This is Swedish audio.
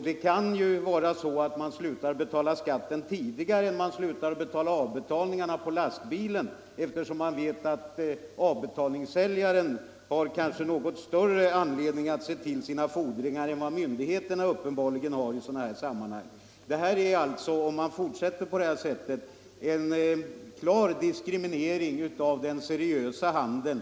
Det kan vara så att köparen slutar betala skatten tidigare än han slutar att fullgöra avbetalningarna på lastbilen, eftersom han vet att avbetalningssäljaren kanske har större anledning att se till sina fordringar än vad myndigheterna i sådana här sammanhang uppenbarligen har. Om man fortsätter på det här sättet blir det en klar diskriminering av den seriösa handeln.